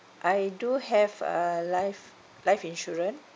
I do have a life life insurance